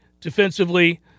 defensively